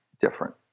different